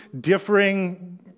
differing